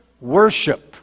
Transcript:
worship